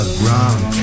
ground